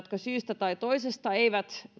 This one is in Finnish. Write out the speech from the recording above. jotka syystä tai toisesta eivät